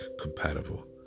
compatible